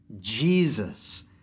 Jesus